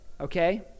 okay